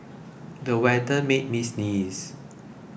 the weather made me sneeze